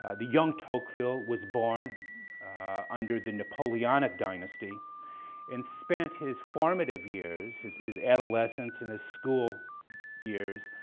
the young tocqueville was born under the napoleonic dynasty and spent his formative years, his his adolescence and his school years,